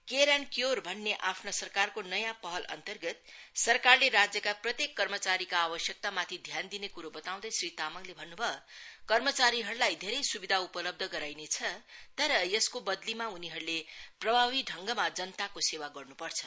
care and cure भन्ने आफ्ना सरकारको नयाँ पहलअन्तर्गत सरकारले राज्यका प्रत्येक कर्मचारीका आवश्यकतामाथि ध्यान दिने क्रो बताउँदै श्री तामाङले भन्न् भयो कर्मचारीहरूलाई धेरै स्विधा उपलब्ध गराइनेछ तर यसको बद्लीमा उनीहरूले प्रभावी ढङ्गमा जनताको सेवा गर्न्पर्छ